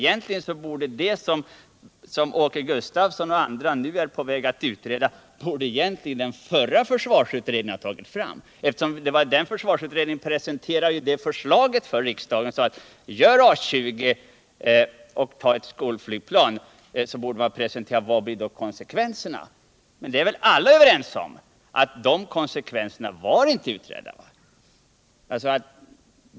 Det som Åke Gustavsson och andra nu är på väg att utreda borde egentligen den förra försvarsutredningen ha tagit fram. Eftersom den försvarsutredningen presenterade förslaget för riksdagen att vi skulle tillverka A 20 och dessutom ha skolflygplan borde den också ha talat om vilka konsekvenserna skulle bli. Men alla är väl överens om att de konsekvenserna inte var utredda.